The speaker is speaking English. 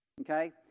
okay